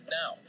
now